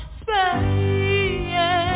space